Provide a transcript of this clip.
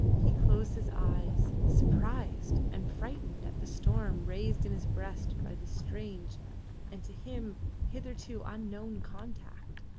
he closed his eyes, surprised and frightened at the storm raised in his breast by the strange and to him hitherto unknown contact,